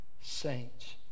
saints